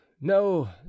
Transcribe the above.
no